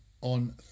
on